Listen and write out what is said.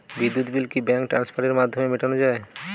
বিদ্যুৎ বিল কি ব্যাঙ্ক ট্রান্সফারের মাধ্যমে মেটানো য়ায়?